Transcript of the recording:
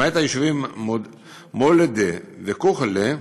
למעט היישובים מולדה וכוחלה,